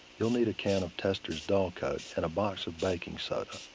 you'll need a can of testor's dullcote and a box of baking soda.